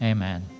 Amen